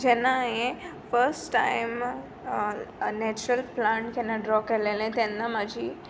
जेन्ना हांवें first time natural plant जेन्ना ड्रॉ केल्लें तेन्ना म्हजी